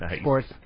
Sports